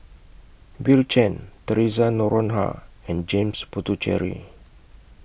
Bill Chen Theresa Noronha and James Puthucheary